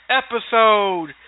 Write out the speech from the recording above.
episode